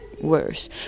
worse